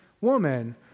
woman